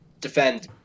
defend